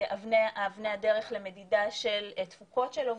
אבני הדרך למדידה של תפוקות של עובדים,